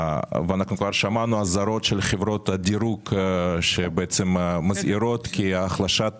וכבר שמענו אזהרות של חברות הדירוג שמזהירות שהתוצאה של החלשת